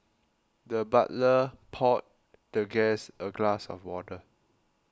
the butler poured the guest a glass of water